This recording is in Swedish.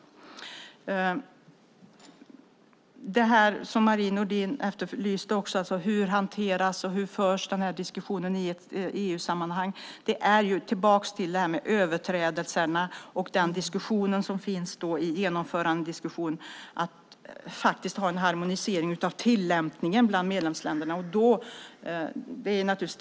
Marie Nordén frågar hur diskussionen förs i EU-sammanhang. I genomförandekommittén diskuterar man en harmonisering av tillämpningen bland medlemsländerna vad gäller överträdelser.